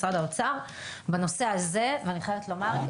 משרד האוצר בנושא הזה ואני חייבת לומר,